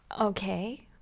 Okay